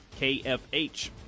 kfh